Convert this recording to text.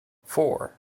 four